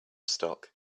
stock